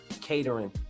catering